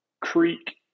creek